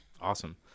Awesome